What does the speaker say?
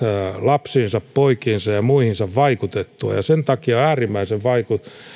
lapsiinsa poikiinsa ja ja muihin vaikutettua ja sen takia on äärimmäisen